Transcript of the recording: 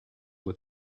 with